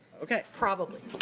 okay. probably.